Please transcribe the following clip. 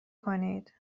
کنید